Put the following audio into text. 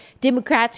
Democrats